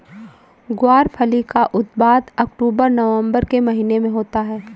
ग्वारफली का उत्पादन अक्टूबर नवंबर के महीने में होता है